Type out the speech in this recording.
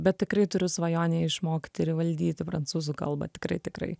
bet tikrai turiu svajonę išmokti ir valdyti prancūzų kalbą tikrai tikrai